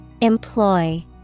Employ